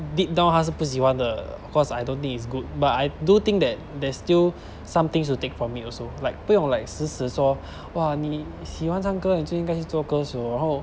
deep down 他是不喜欢的 cause I don't think is good but I do think that there's still some things to take from me also like 不用 like 死死说哇你喜欢唱歌你就应该去做歌手然后